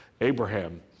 Abraham